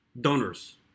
donors